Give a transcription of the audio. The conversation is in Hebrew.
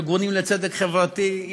ארגונים לצדק חברתי,